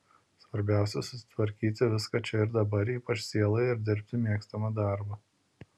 svarbiausia susitvarkyti viską čia ir dabar ypač sieloje ir dirbti mėgstamą darbą